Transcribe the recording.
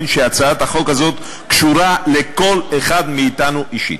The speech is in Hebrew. שהצעת החוק הזאת קשורה לכל אחד מאתנו אישית.